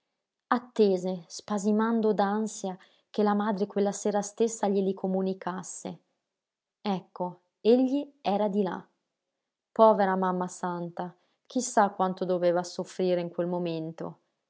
accettava attese spasimando d'ansia che la madre quella sera stessa glieli comunicasse ecco egli era di là povera mamma santa chi sa quanto doveva soffrire in quel momento